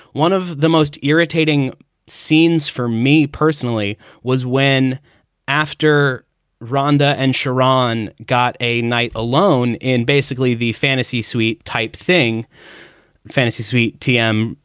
one of the most irritating scenes for me personally was when after rhonda and sharon got a night alone in basically the fantasy suite type thing, the fantasy suite, t m.